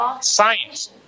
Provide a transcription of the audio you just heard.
Science